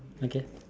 okay